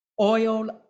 oil